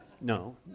No